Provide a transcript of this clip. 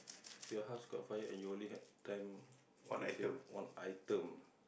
your house got fire and you only had time to save one item